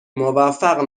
موفق